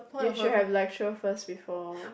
you should have lecture first before